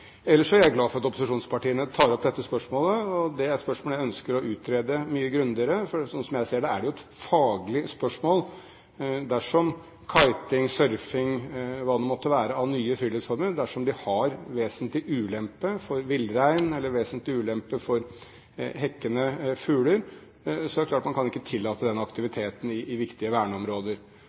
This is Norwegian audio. Ellers er jeg glad for at opposisjonspartiene tar opp dette spørsmålet. Dette er spørsmål jeg ønsker å utrede mye grundigere. Slik jeg ser det, er det et faglig spørsmål. Dersom kiting, surfing, hva det måtte være av nye friluftsformer, er til vesentlig ulempe for villrein eller vesentlig ulempe for hekkende fugler, er det klart at man ikke kan tillate den aktiviteten i viktige verneområder.